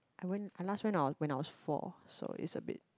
I went I last went I was four so it's a bit